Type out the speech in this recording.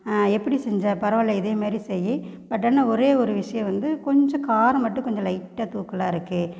எப்படி செஞ்சே பரவாயில்லை இதேமாரி செய் பட் என்ன ஒரேயொரு விஷயம் வந்து கொஞ்சம் காரம் மட்டும் கொஞ்சம் லைட்டாக தூக்கலாக இருக்கு